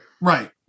Right